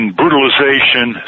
brutalization